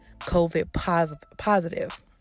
COVID-positive